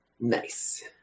Nice